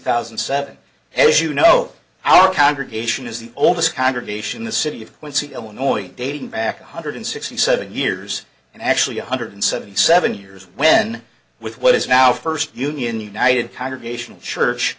thousand and seven as you know our congregation is the oldest congregation the city of quincy illinois dating back one hundred sixty seven years and actually one hundred seventy seven years when with what is now first union united congregational church